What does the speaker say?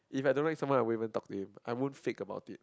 if I don't like someone I won't even talk to him I won't fake about it